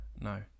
No